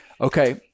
Okay